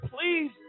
please